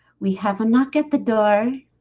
we have a knock at the door